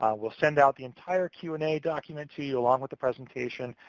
um we'll send out the entire q and a document to you, along with the presentation,